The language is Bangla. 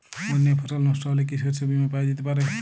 বন্যায় ফসল নস্ট হলে কি শস্য বীমা পাওয়া যেতে পারে?